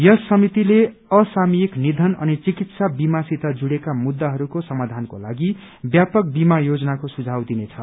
यस समितिले असामयिक निबन अनि चिकित्सा बिमासित जुड़ेका मुद्दाहरूको समाधानको लागि व्यापक बिमा योजनाको सुझाव दिनेछ